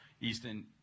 Easton